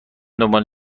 دنبال